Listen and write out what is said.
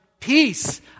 Peace